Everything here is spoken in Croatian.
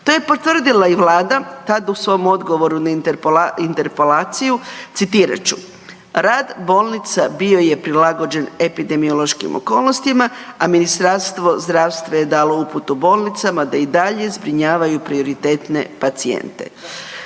To je potvrdila Vlada tad u svom odgovoru na interpelaciju, citirat ću: „Rad bolnica bio je prilagođen epidemiološkim okolnostima, a Ministarstvo zdravstva je dalo uputu bolnicama da i dalje zbrinjavanju prioritetne pacijente.“